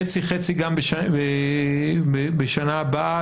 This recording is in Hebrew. חצי חצי גם בשנה הבאה?